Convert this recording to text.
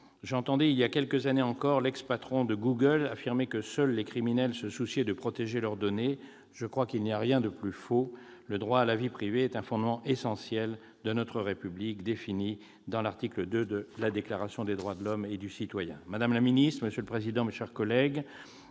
J'entendais, voilà quelques années encore, l'ex-patron de Google affirmer que seuls les criminels se souciaient de protéger leurs données. Je crois qu'il n'y a rien de plus faux ! Le droit à la vie privée est un fondement essentiel de notre République, défini à l'article II de la Déclaration des droits de l'homme et du citoyen. Madame la garde des sceaux, monsieur le président de la commission,